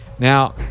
Now